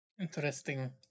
interesting